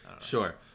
Sure